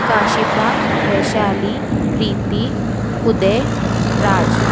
Kashifa Vaishali Preeti Uday Raj